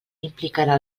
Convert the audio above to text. implicarà